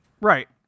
Right